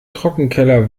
trockenkeller